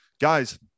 Guys